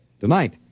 Tonight